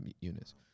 units